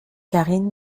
karine